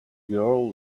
girl